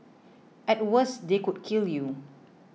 at worst they could kill you